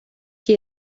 que